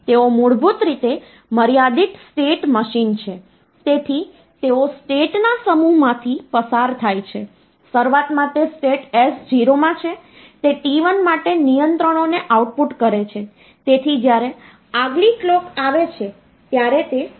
floating પોઈન્ટનું representation પણ એવું છે કે જે થોડું કોમ્પ્લેક્સ છે અને મોટાભાગના માઇક્રોપ્રોસેસર્સ અને માઇક્રોકન્ટ્રોલર્સ કે જેની આપણે ચર્ચા કરીશું તેમની પાસે આ ફ્લોટિંગ પોઈન્ટ ક્ષમતાઓ નહીં હોય